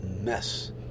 mess